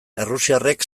errusiarrek